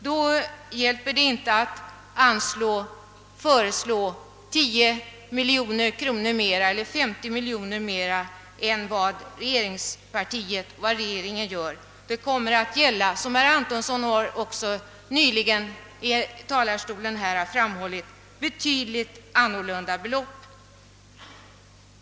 Då hjälper det inte att föreslå 10 eller 50 miljoner mer än regeringen. Det kommer att gälla, som herr Antonsson nyss framhöll, betydligt större belopp.